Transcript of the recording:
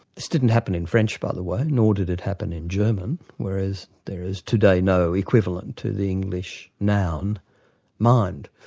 this didn't happen in french, by the way, nor did it happen in german, whereas there is today no equivalent to the english noun mind.